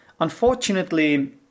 Unfortunately